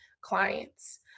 clients